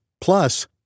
Plus